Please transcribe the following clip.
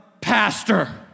pastor